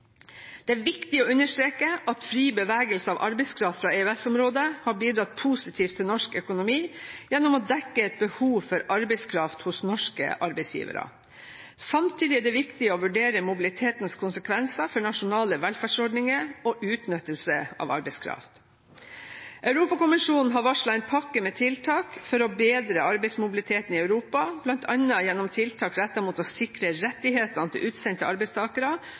Det er viktig å understreke at fri bevegelse av arbeidskraft fra EØS-området har bidratt positivt til norsk økonomi gjennom å dekke et behov for arbeidskraft hos norske arbeidsgivere. Samtidig er det viktig å vurdere mobilitetens konsekvenser for nasjonale velferdsordninger og utnyttelse av arbeidskraft. Europakommisjonen har varslet en pakke med tiltak for å bedre arbeidsmobiliteten i Europa, bl.a. gjennom tiltak rettet mot å sikre rettighetene til utsendte arbeidstakere